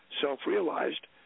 self-realized